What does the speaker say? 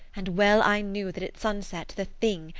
and well i knew that at sunset the thing,